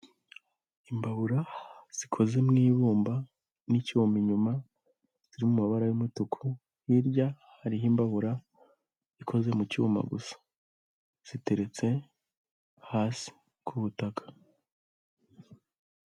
Imbabura zikoze mu ibumba n'ciyuma inyuma ziri mumabara y'umutuku, hirya hariho imbabura ikoze mu cyuma gusa ziteretse hasi ku butaka.